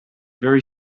very